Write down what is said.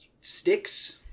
sticks